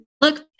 look